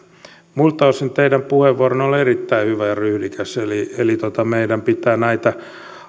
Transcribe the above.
muilta osin teidän puheenvuoronne oli erittäin hyvä ja ryhdikäs eli eli meidän pitää näitä